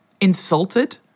insulted